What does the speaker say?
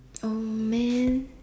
oh man